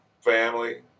family